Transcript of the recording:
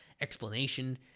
explanation